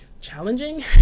Challenging